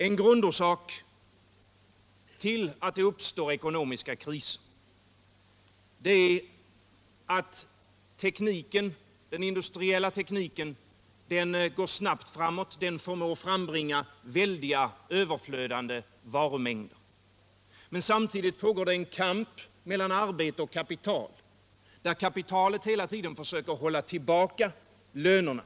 En grundorsak till att det uppstår ekonomiska kriser är att den industriella tekniken går snabbt framåt och förmår frambringa väldiga överflödande varumängder. Samtidigt pågår det en kamp mellan — Nr 41 arbete och kapital, där kapitalet hela tiden försöker hålla tillbaka lönerna.